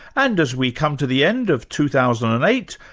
and as we come to the end of two thousand and eight,